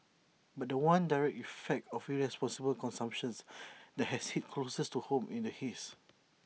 but The One direct effect of irresponsible consumption's that has hit closest to home in the haze